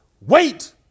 wait